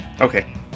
Okay